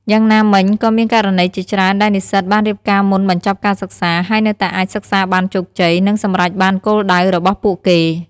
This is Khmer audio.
យ៉ាងណាមិញ ក៏មានករណីជាច្រើនដែលនិស្សិតបានរៀបការមុនបញ្ចប់ការសិក្សា ហើយនៅតែអាចសិក្សាបានជោគជ័យ និងសម្រេចបានគោលដៅរបស់ពួកគេ។